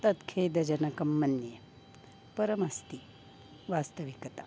तत् खेदजनकं मन्ये परमस्ति वास्तविकता